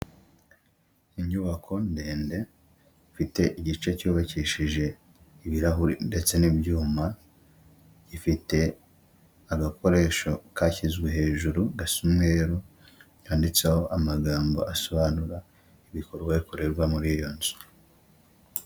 Inyubako ndende ifite igice cyubakishije ibirahuri ndetse n'ibyuma, ifite agakoresho kashyizwe hejuru gasa umweru, kanditseho amagambo asobanura ibikorwa bikorerwa muri iyo nzu.